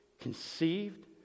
conceived